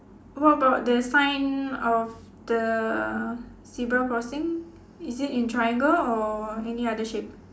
what about the sign of the zebra crossing is it in triangle or any other shape